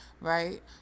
right